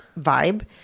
vibe